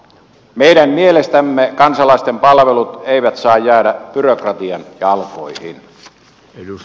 meidän mielestämme kansalaisten palvelut eivät saa jäädä byrokratian jalkoihin